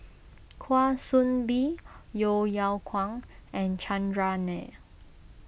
Kwa Soon Bee Yeo Yeow Kwang and Chandran Nair